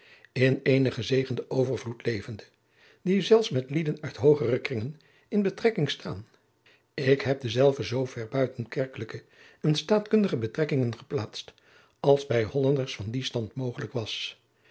in eenen gezegenden overvloed levende die zelfs met lieden uit hoogere kringen in betrekking staan ik heb dezelve zoover buiten kerkelijke en staatkundige betrekkingen geplaatst als bij hollanders van dien stand mogelijk was